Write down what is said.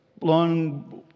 long